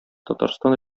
татарстан